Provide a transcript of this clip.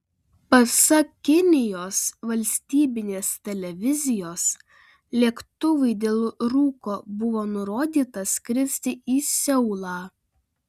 pasak kinijos valstybinės televizijos lėktuvui dėl rūko buvo nurodyta skristi į seulą